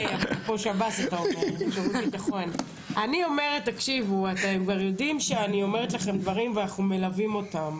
אתם יודעים שאני אומרת לכם דברים ואנחנו מלווים אותם.